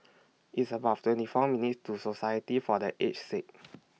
It's about twenty four minutes' to Society For The Aged Sick